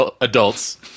adults